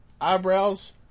Eyebrows